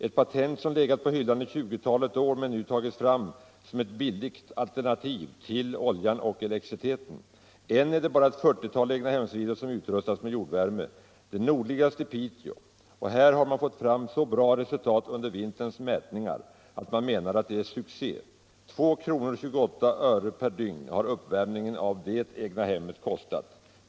Ett patent som legat på hyllan i 20-talet år men som nu tagits fram som ett billigt alternativ till oljan och elektriciteten. Än är det bara ett 40-tal egnahemsvillor som utrustats med jordvärme. Det nordligaste i Piteå och här har man fått fram så bra resultat under vinterns mätningar att man menar det är succé. 2:28 kronor per dygn har uppvärmningen av det egnahemmet kostat.